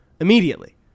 immediately